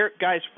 guys